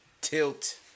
Tilt